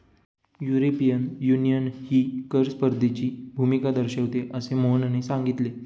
European युनियनही कर स्पर्धेची भूमिका दर्शविते, असे मोहनने सांगितले